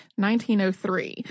1903